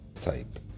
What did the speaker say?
type